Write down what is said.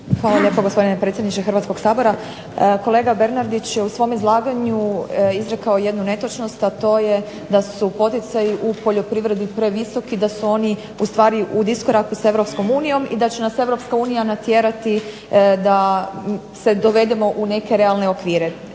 Hvala lijepo gospodine predsjedniče Hrvatskog sabora. Kolega Bernardić je u svom izlaganju izrekao jednu netočnost, a to je da su poticaji u poljoprivredi previsoki, da su oni ustvari u diskoraku s Europskom unijom i da će nas Europska unija natjerati da se dovedemo u neke realne okvire.